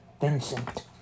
Vincent